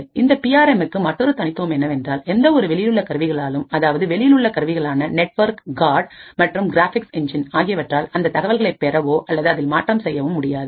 இந்த P R எம்க்கு மற்றுமொரு தனித்துவம் என்னவென்றால் எந்த ஒரு வெளியிலுள்ள கருவிகளாலும் அதாவது வெளியில் உள்ள கருவிகளான நெட்வொர்க் காட் மற்றும் கிராபிக்ஸ் எஞ்சின் ஆகியவற்றால் அந்த தகவல்களை பெறவோ அல்லது அதில் மாற்றம் செய்யவும் முடியாது